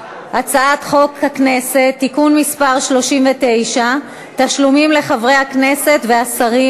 הצעת חוק הכנסת (תיקון מס' 39) (תשלומים לחברי הכנסת ולשרים),